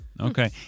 Okay